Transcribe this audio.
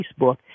Facebook